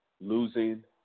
losing